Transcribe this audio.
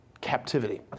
captivity